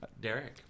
Derek